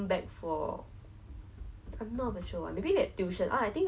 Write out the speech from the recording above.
and then you are basically sleeping on like a mat on the grass then you like